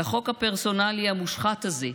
על החוק הפרסונלי המושחת הזה,